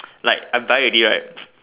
like I buy already right